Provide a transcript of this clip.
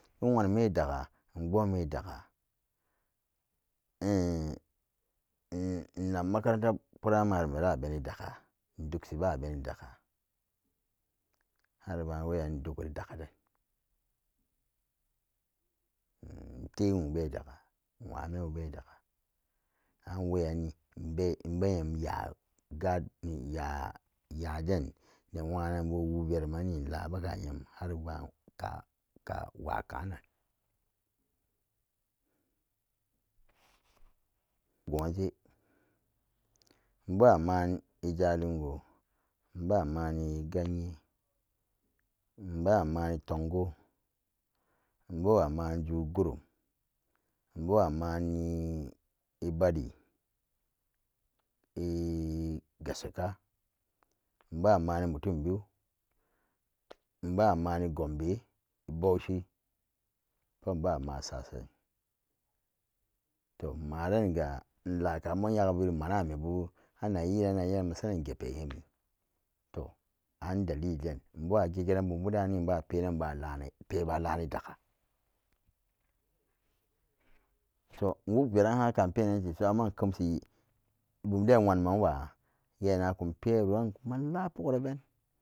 Inwanume dakka ingwam be dakka in in innak makaranta primary me ra beni dakka indoksi ba bene dakka har bgn wexan indo dagbeni dakka den intewon be dakka innxwa menbu re dakka an weyanni imbeya ya ya denne wannan bu wuverumanni inbeguxam har ban ka wakanan. gonje imbawa mani jalingo immba mani ganye imba mani tonge imbawa manju grom imba mani ibali ii gashaka imba mani mutumbiyu immba mani gombe bauchi pal immba masason to immarani ga lanka munya ga nyaga re manabu anak hira anakhira masaran inget pemuye mi to an dalili imm bawama geran bunbu da ni dimba penan ba pelani dakka to inwork keran hann ka innpanan te so amma nok kem shi bumden inwanu muwa gennagan in inkun peroran bakupgo raben